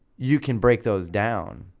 you can break those down.